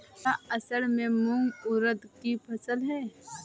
क्या असड़ में मूंग उर्द कि फसल है?